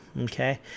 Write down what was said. Okay